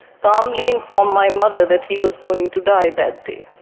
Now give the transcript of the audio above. calmly informed my mother that he was going to die that day.